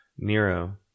Nero